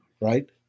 Right